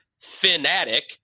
fanatic